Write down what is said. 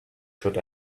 should